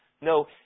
No